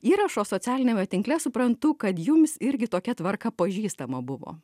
įrašo socialiniame tinkle suprantu kad jums irgi tokia tvarka pažįstama buvo